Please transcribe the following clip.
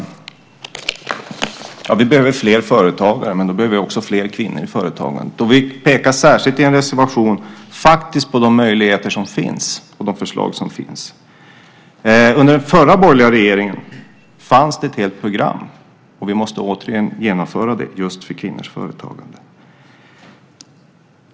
Vi behöver fler företagare, men vi behöver också fler kvinnor i företagandet. Vi pekar särskilt i en reservation på de möjligheter och förslag som faktiskt finns. Under den förra borgerliga regeringen fanns ett helt program, och vi måste återigen genomföra det, just för kvinnors företagande.